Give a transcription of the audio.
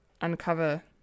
uncover